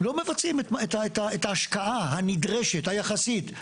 לא מבצעים את ההשקעה הנדרשת היחסית,